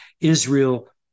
Israel